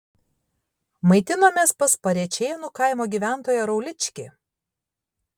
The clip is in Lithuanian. maitinomės pas parėčėnų kaimo gyventoją rauličkį